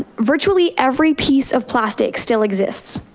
virtually every piece of plastic still exists.